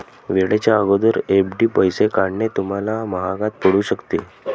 वेळेच्या अगोदर एफ.डी पैसे काढणे तुम्हाला महागात पडू शकते